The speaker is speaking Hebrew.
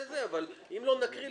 אבל אם לא נקריא,